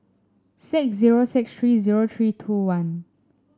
six zero six three zero three two one